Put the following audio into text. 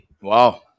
Wow